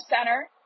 center